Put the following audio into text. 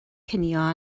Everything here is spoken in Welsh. cinio